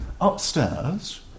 upstairs